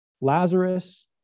Lazarus